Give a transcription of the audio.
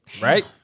right